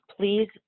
please